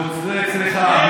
מוצרי צריכה,